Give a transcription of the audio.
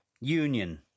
Union